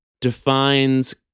defines